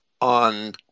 on